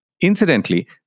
Incidentally